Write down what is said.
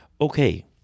okay